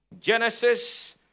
Genesis